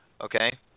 Okay